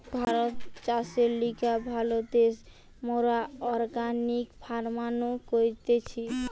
ভারত চাষের লিগে ভালো দ্যাশ, মোরা অর্গানিক ফার্মিনো করতেছি